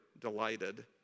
delighted